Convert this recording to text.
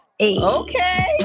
Okay